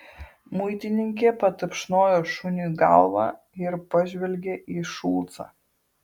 muitininkė patapšnojo šuniui galvą ir pažvelgė į šulcą